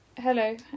Hello